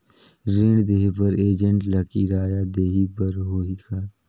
ऋण देहे बर एजेंट ला किराया देही बर होही का?